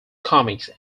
comics